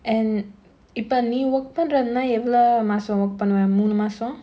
and இப்ப நீ:ippa nee work பண்றனா எவ்ளோ மாசம்:panranaa evlo maasam work பண்ணுவ மூணு மாசம்:pannuva moonu maasam